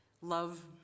Love